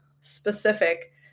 specific